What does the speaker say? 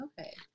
okay